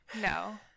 No